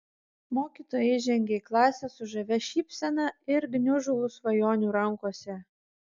mokytoja įžengė į klasę su žavia šypsena ir gniužulu svajonių rankose